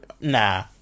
nah